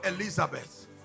Elizabeth